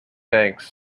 banks